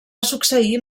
succeir